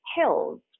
hills